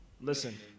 listen